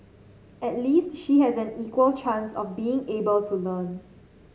at least she has an equal chance of being able to learn